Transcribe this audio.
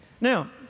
Now